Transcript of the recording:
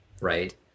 right